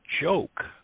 joke